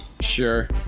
sure